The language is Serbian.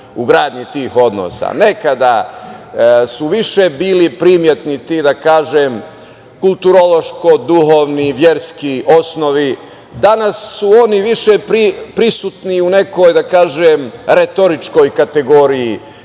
u gradnji tih odnosa. Nekada su više bili primetni ti, da kažem, kulturološko duhovni, verski osnovi, danas su oni više prisutni u nekoj, da kažem, retoričkoj kategoriji